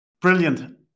brilliant